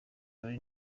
jali